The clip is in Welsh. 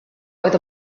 oedd